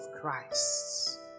Christ